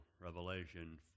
Revelation